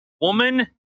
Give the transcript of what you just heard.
woman